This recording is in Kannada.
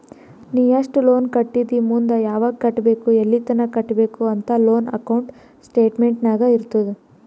ನೀ ಎಸ್ಟ್ ಲೋನ್ ಕಟ್ಟಿದಿ ಮುಂದ್ ಯಾವಗ್ ಕಟ್ಟಬೇಕ್ ಎಲ್ಲಿತನ ಕಟ್ಟಬೇಕ ಅಂತ್ ಲೋನ್ ಅಕೌಂಟ್ ಸ್ಟೇಟ್ಮೆಂಟ್ ನಾಗ್ ಇರ್ತುದ್